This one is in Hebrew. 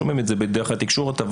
שומעים דרך התקשורת,